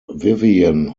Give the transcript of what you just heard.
vivian